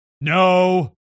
No